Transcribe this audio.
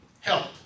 help